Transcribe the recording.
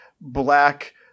black